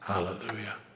Hallelujah